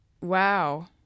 Wow